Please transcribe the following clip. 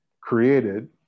created